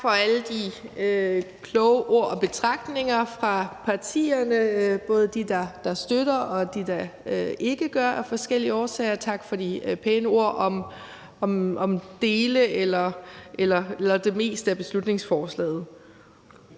Tak for alle de kloge ord og betragtninger fra partierne, både dem, der støtter beslutningsforslaget, og dem, der ikke gør af forskellige årsager. Tak for de pæne ord om dele eller det meste af beslutningsforslaget.